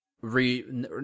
Re